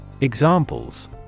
Examples